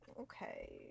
Okay